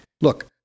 look